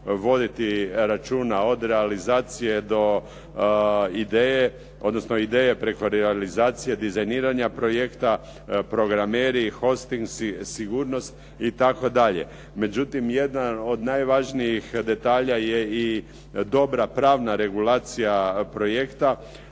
voditi računa, od realizacije do ideje odnosno ideje preko realizacije, dizajniranja projekta, programeri, hostingsi, sigurnost itd. Međutim, jedan od najvažnijih detalja je i dobra pravna regulacija projekta